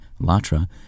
LATRA